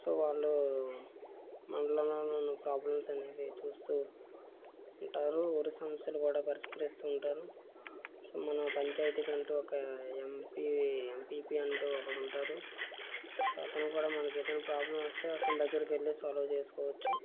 so వాళ్లు మండలంలోను problems అనేవి చూస్తూ ఉంటారు ఊరి సమస్యలు కూడా పరిష్కరిస్తూ ఉంటారు సో మన పంచాయతీకి అంటూ ఒక ఎంపీ ఎంపీపీ అంటూ ఒకడుంటాడు అతను కూడా మనకి ఏదైనా ప్రాబ్లం వస్తే అతని దగ్గరికి వెళ్లి సాల్వ్ చేసుకోవచ్చు